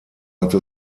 hatte